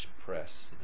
Press